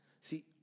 See